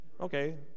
okay